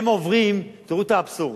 תראו את האבסורד.